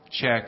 check